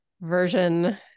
version